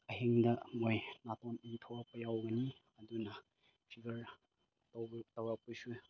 ꯑꯍꯤꯡꯗ ꯃꯣꯏ ꯅꯥꯇꯣꯟ ꯏ ꯊꯣꯛꯂꯛꯄ ꯌꯥꯎꯒꯅꯤ ꯑꯗꯨꯅ ꯐꯤꯕꯔ ꯇꯧꯔꯛꯄꯁꯨ